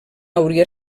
hauria